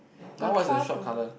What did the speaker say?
got twelve or not